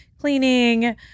cleaning